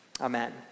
Amen